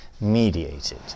mediated